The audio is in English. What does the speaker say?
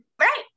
Right